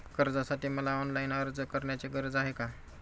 कर्जासाठी मला ऑनलाईन अर्ज करण्याची गरज आहे का?